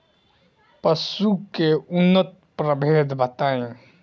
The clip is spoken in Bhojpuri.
पशु के उन्नत प्रभेद बताई?